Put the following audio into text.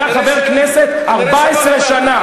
אתה חבר הכנסת 14 שנה.